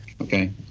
okay